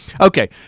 Okay